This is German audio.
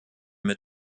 mit